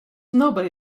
nobody